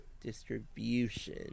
distribution